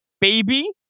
baby